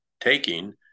taking